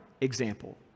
example